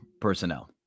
personnel